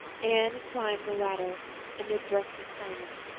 anne climbed the ladder amid breathless silence,